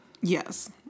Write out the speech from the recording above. Yes